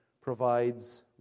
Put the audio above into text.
provides